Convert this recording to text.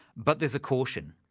but there's a caution,